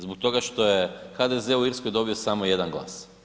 Zbog toga što je HDZ u Irskoj dobio samo jedan glas.